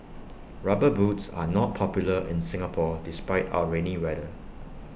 rubber boots are not popular in Singapore despite our rainy weather